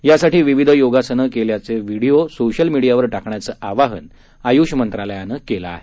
यासाठी विविध योगासन केल्याचं व्हीडिओ सोशल मीडियावर टाकण्याचं आवाहन आय्ष मंत्रालयानं केलं आहे